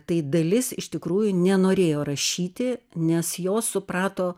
tai dalis iš tikrųjų nenorėjo rašyti nes jos suprato